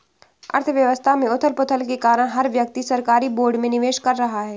अर्थव्यवस्था में उथल पुथल के कारण हर व्यक्ति सरकारी बोर्ड में निवेश कर रहा है